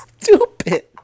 stupid